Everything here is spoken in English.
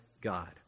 God